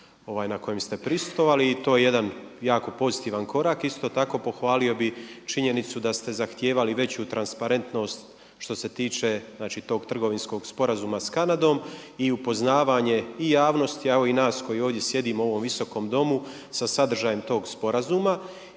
na kojem ste prisustvovali i to je jedan jako pozitivan korak. Isto tako pohvalio bih činjenicu da ste zahtijevali veću transparentnost što se tiče znači tog trgovinskog sporazuma sa Kanadom i upoznavanje i javnosti a evo i nas koji ovdje sjedimo u ovom Visokom domu sa sadržajem tog sporazuma.